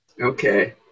Okay